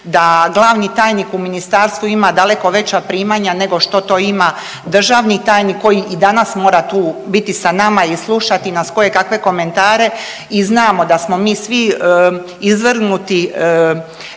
da glavni tajnik u ministarstvu ima daleko veća primanja nego što to ima državni tajnik koji i danas mora tu biti sa nama i slušati nas kojekakve komentare i znamo da smo mi svi izvrnuti